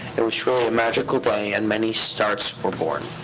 it was truly a magical day, and many stars were born.